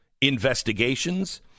investigations